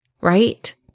right